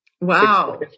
Wow